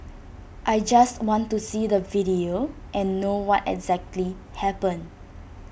I just want to see the video and know what exactly happened